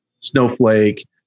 Snowflake